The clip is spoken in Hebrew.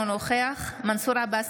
אינו נוכח מנסור עבאס,